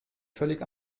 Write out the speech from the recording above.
völlig